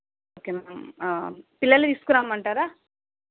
okay ma'am పిల్లలని తీసుకురమ్మంటారా